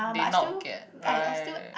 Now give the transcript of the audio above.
they not get right